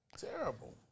Terrible